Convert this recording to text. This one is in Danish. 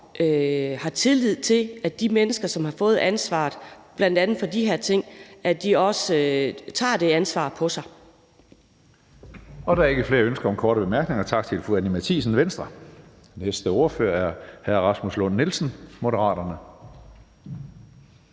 også har tillid til, at de mennesker, som har fået ansvaret, bl.a. for de her ting, også tager det ansvar på sig. Kl. 14:40 Tredje næstformand (Karsten Hønge): Der er ikke flere ønsker om korte bemærkninger. Tak til fru Anni Matthiesen, Venstre. Den næste ordfører er hr. Rasmus Lund-Nielsen, Moderaterne.